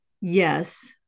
yes